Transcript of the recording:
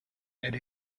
elle